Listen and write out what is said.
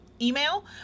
email